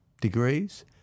degrees